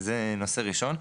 זה נושא ראשון.